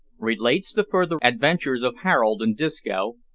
relates the further adventures of harold and disco,